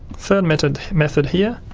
third method method here.